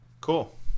Cool